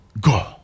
go